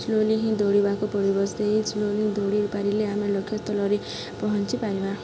slowly ହିଁ ଦୌଡ଼ିବାକୁ ପଡ଼ିବ ସ୍ଲୋଲି ଦୌଡ଼ି ପାରିଲେ ଆମେ ଲକ୍ଷ୍ୟସ୍ଥଳରେ ପହଞ୍ଚିପାରିବା